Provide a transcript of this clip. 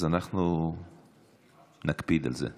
אז אנחנו נקפיד על זה.